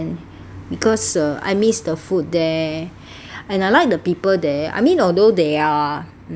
because uh I miss the food there and I like the people there I mean although they are um